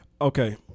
Okay